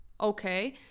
Okay